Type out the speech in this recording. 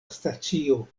stacio